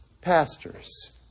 pastors